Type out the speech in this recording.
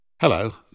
Hello